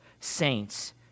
saints